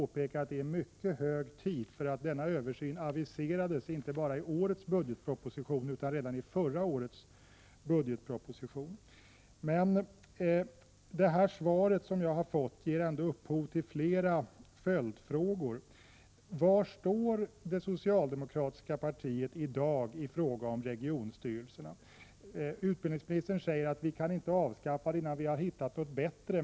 Jag vill påpeka att det är mycket hög tid, eftersom denna översyn aviserats inte bara i årets budgetproposition utan redan i förra årets budgetproposition. Det svar som jag nu fått ger upphov till flera följdfrågor. Var står det socialdemokratiska partiet i dag i fråga om regionstyrelserna? Utbildningsministern säger att vi inte kan avskaffa dem innan vi har hittat något bättre.